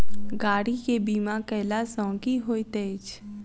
गाड़ी केँ बीमा कैला सँ की होइत अछि?